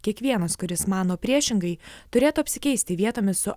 kiekvienas kuris mano priešingai turėtų apsikeisti vietomis su